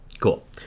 cool